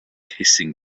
hissing